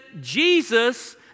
Jesus